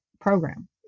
program